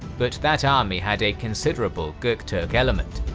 but that army had a considerable gokturk element.